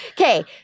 Okay